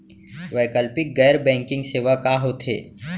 वैकल्पिक गैर बैंकिंग सेवा का होथे?